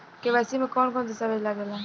KYC में कवन कवन दस्तावेज लागे ला?